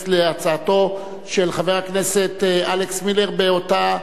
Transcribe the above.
להצעתו של חבר הכנסת אלכס מילר באותה,